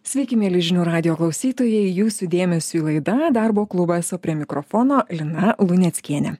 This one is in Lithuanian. sveiki mieli žinių radijo klausytojai jūsų dėmesiui laida darbo klubas o prie mikrofono lina luneckienė